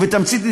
ובתמצית,